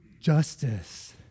justice